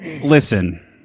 listen